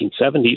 1970s